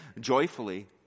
joyfully